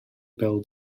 bêl